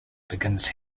begins